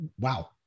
Wow